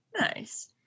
Nice